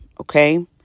Okay